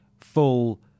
full